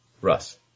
Russ